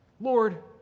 Lord